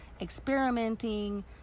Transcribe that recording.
experimenting